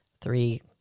three